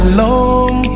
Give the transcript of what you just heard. long